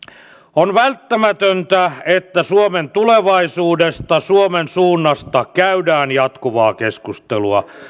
on välttämätöntä että suomen tulevaisuudesta suomen suunnasta käydään jatkuvaa keskustelua